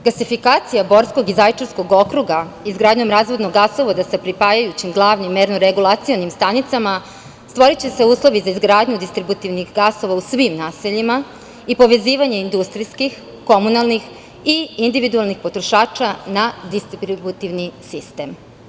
Gasifikacijom Borskog i Zaječarskog okruga, izgradnjom razvodnog gasovoda sa pripajajućim glavnim merno-regulacionim stanicama, stvoriće se uslovi za izgradnju distributivnih gasova u svim naseljima i povezivanje industrijskih, komunalnih i individualnih potrošača na distributivni sistem.